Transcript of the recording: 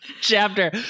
chapter